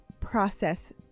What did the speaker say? process